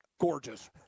gorgeous